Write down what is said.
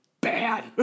bad